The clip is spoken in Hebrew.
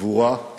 גבורה,